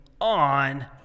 on